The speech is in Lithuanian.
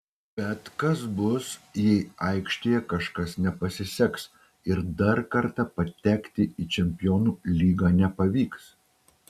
bet kas bus jeigu aikštėje kažkas nepasiseks ir dar kartą patekti į čempionų lygą nepavyks